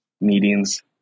meetings